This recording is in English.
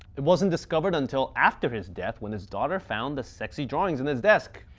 it wasn't discovered until after his death when his daughter found the sexy drawings in his desk.